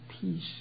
peace